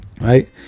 right